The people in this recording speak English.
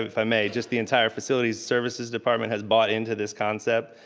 if i may, just the entire facilities services department has bought into this concept